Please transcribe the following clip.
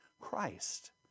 Christ